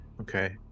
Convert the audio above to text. Okay